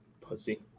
Pussy